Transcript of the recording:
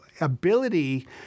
ability